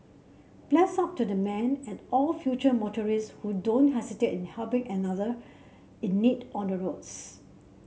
bless up to the man and all future motorist who don't hesitate in helping another in need on the roads